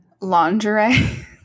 Lingerie